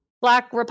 Black